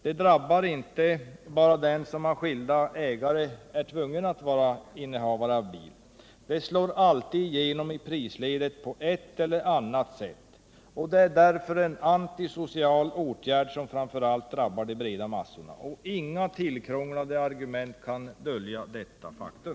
Den drabbar inte bara den som av skilda skäl är tvungen att inneha bil — den slår alltid på ett eller annat sätt igenom i prisledet. Den är därför en antisocial åtgärd som framför allt drabbar de breda massorna. Inga tillkrånglade argument kan dölja detta faktum.